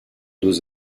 deux